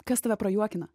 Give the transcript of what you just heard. kas tave prajuokina